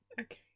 Okay